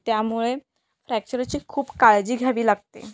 त्यामुळे फ्रॅक्चराची खूप काळजी घ्यावी लागते